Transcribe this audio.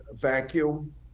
vacuum